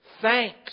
thanks